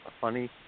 funny